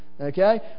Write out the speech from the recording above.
Okay